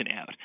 out